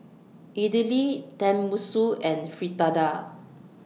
Idili Tenmusu and Fritada